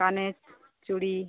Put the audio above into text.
কানের চুড়ি